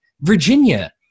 Virginia